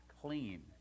clean